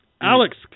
Alex